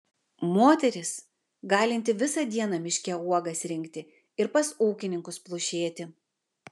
moteris galinti visą dieną miške uogas rinkti ir pas ūkininkus plušėti